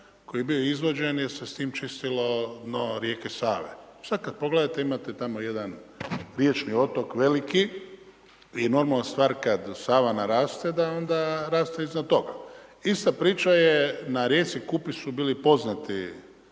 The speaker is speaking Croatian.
koji je bio izvađen, jer se s tim čistilo dno rijeke Save. Sada kada pogledate, imate tamo jedan riječni otok, veliki i normalan stvar, kada Sava naraste, da onda raste iznad toga. Ista priča je, na rijeci Kupi su bili poznati